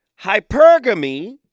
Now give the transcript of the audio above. Hypergamy